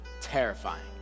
terrifying